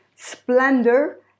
splendor